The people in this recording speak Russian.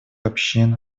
общин